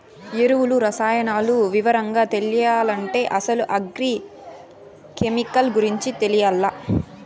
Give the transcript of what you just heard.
ఎరువులు, రసాయనాలు వివరంగా తెలియాలంటే అసలు అగ్రి కెమికల్ గురించి తెలియాల్ల